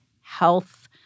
health